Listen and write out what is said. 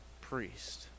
priest